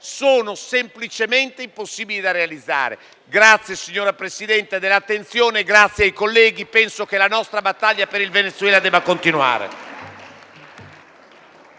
sono semplicemente impossibili da realizzare. Signor Presidente, la ringrazio dell'attenzione e ringrazio colleghi: penso che la nostra battaglia per il Venezuela debba continuare.